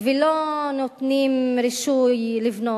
ולא נותנים רישוי לבנות,